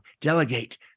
delegate